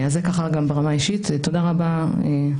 תודה רבה.